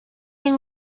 این